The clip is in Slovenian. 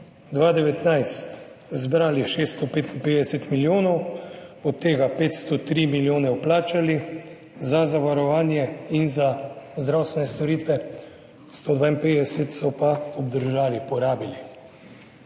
2019 zbrali 655 milijonov, od tega 503 milijone vplačali za zavarovanje in za zdravstvene storitve, 152 so pa obdržali, porabili.